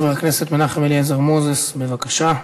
חבר הכנסת מנחם אליעזר מוזס, בבקשה.